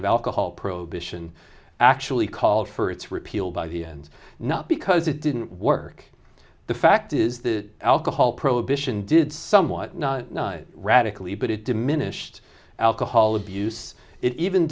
of alcohol prohibition actually called for its repeal by the end not because it didn't work the fact is that alcohol prohibition did somewhat radically but it diminished alcohol abuse it even